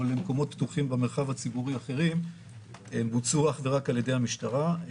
או למקומות פתוחים אחרים במרחב הציבורי בוצעו אך ורק על ידי המשטרה.